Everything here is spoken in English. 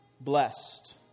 blessed